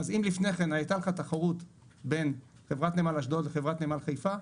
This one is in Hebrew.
אם לפני כן הייתה לך תחרות בין חברת נמל אשדוד לחברת נמל חיפה,